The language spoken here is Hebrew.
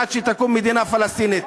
עד שתקום מדינה פלסטינית.